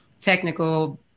technical